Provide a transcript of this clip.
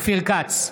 אופיר כץ,